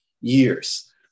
years